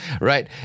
right